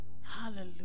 Hallelujah